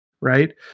Right